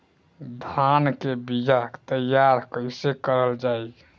धान के बीया तैयार कैसे करल जाई?